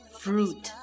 fruit